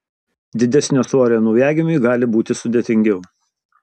didesnio svorio naujagimiui gali būti sudėtingiau